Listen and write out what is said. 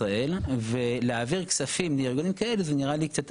זה נראה קצת הזוי מבחינת המערכת החוקית של המדינה.